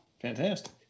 Fantastic